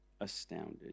astounded